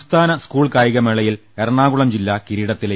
സംസ്ഥാന സ്കൂൾ കായികമേളയിൽ എറണാകുളം ജില്ല കിരീടത്തിലേക്ക്